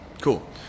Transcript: cool